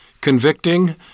convicting